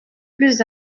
plus